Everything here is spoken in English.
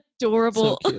adorable